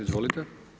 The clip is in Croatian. Izvolite.